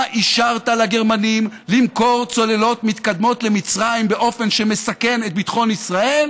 אישרת לגרמנים למכור צוללות מתקדמות למצרים באופן שמסכן את ביטחון ישראל